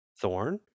thorn